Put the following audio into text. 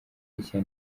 ishya